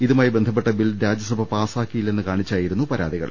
ഇതുമായി ബന്ധപ്പെട്ട ബിൽ രാജ്യസഭ പാസ്സാക്കിയില്ലെന്ന് കാണിച്ചായിരുന്നു പരാതികൾ